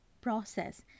process